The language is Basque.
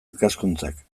ikaskuntzak